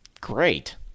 Great